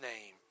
name